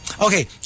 Okay